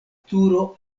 turo